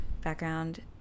background